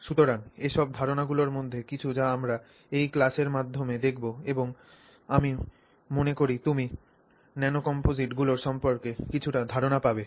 সুতরাং এসব ধারণাগুলির মধ্যে কিছু যা আমরা এই ক্লাসের মাধ্যমে দেখব এবং আমি মনে করি তুমি ন্যানোকম্পোজিটগুলির সম্পর্কে কিছুটা ধারণা পাবে